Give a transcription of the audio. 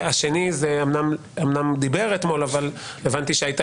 והשני אמנם דיבר אתמול אבל הבנתי שהייתה